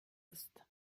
ist